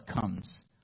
comes